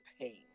pain